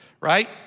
right